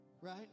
right